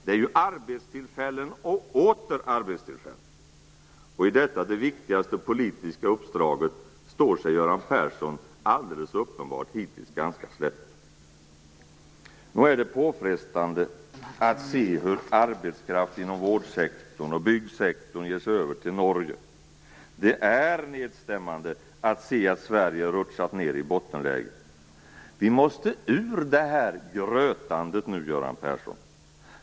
Det är också arbetstillfällen och åter arbetstillfällen, och i detta det viktigaste politiska uppdraget står sig Göran Persson hittills alldeles uppenbart ganska slätt. Nog är det påfrestande att se hur arbetskraft inom vårdsektorn och byggsektorn ger sig över till Norge. Det är nedstämmande att se att Sverige rutschat ned i bottenläge. Vi måste ur det här grötandet nu, Göran Persson!